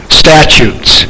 statutes